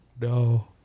No